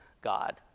God